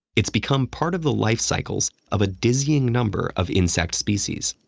it's become part of the life cycles of a dizzying number of insect species.